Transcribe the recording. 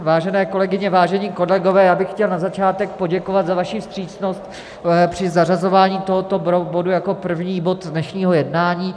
Vážené kolegyně, vážení kolegové, já bych chtěl na začátek poděkovat za vaši vstřícnost při zařazování tohoto bodu jako první bod dnešního jednání.